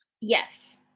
yes